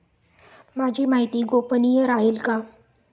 माझी माहिती गोपनीय राहील का?